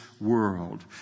world